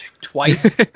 twice